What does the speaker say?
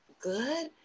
good